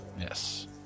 Yes